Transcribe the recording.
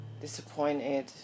disappointed